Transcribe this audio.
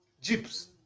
Jeeps